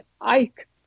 Ike